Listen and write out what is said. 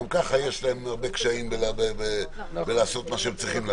גם ככה יש להם הרבה קשיים לעשות את מה שהם צריכים לעשות.